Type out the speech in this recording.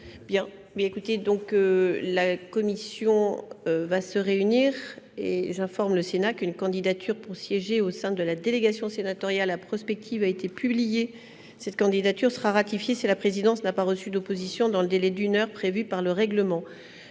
Je vais donc suspendre la séance. J'informe le Sénat qu'une candidature pour siéger au sein de la délégation sénatoriale à la prospective a été publiée. Cette candidature sera ratifiée si la présidence n'a pas reçu d'opposition dans le délai d'une heure prévu par notre règlement.